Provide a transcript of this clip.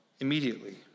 immediately